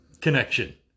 connection